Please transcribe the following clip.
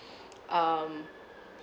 um